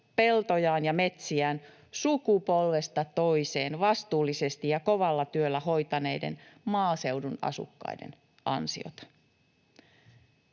peltojaan ja metsiään sukupolvesta toiseen vastuullisesti ja kovalla työllä hoitaneiden maaseudun asukkaiden ansiota.